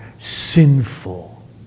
sinful